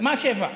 מה 19:00?